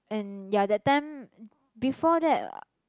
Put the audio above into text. and ya that time before that